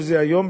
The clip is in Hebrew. שזה היום,